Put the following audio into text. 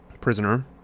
prisoner